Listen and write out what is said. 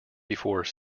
before